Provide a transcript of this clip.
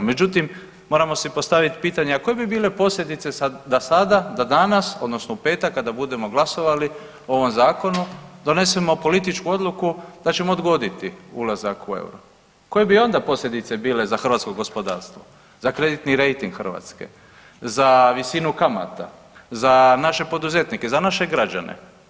Međutim, moramo si postavit pitanje, a koje bi bile posljedice sad, da sada, da danas odnosno u petak kada budemo glasovali o ovom zakonu, donesemo političku odluku da ćemo odgoditi ulazak u euro, koje bi onda posljedice bile za hrvatsko gospodarstvo, za kreditni rejting Hrvatske, za visinu kamata, za naše poduzetnike, za naše građane?